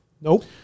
Nope